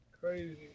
Crazy